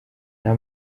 nta